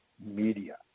Media